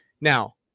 Now